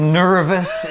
nervous